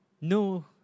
No